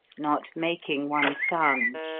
not making one sound.